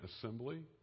assembly